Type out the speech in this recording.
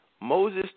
Moses